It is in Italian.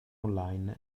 online